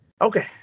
Okay